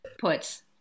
put